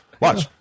Watch